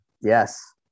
Yes